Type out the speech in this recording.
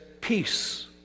peace